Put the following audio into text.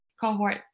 cohort